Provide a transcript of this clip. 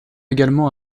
également